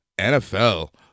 NFL